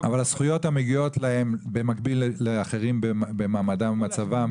הזכויות המגיעות להם במקביל לאחרים במעמדם ומצבם,